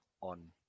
on